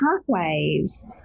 pathways